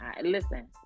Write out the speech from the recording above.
Listen